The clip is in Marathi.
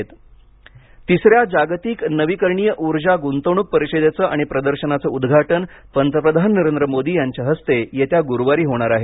पंतप्रधान तिसऱ्या जागतिक नवीकरणीय ऊर्जा गुंतवणूक परीषदेचं आणि प्रदर्शनाचं उद्घाटन पंतप्रधान नरेंद्र मोदी यांच्या हस्ते येत्या गुरुवारी होणार आहे